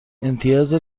امتیاز